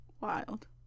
wild